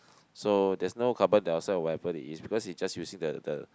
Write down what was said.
so there's no carbon dioxide or whatever it is because it just using the the